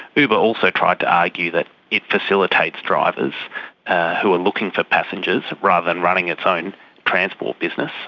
uber also tried to argue that it facilitates drivers who are looking for passengers rather than running its own transport business.